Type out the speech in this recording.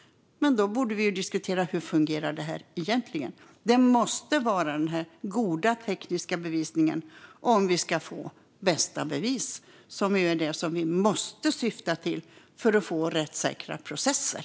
Men då borde vi diskutera hur det här fungerar egentligen. Det måste vara den här goda tekniska bevisningen om vi ska få bästa bevis, som ju är det som vi måste syfta till för att få rättssäkra processer.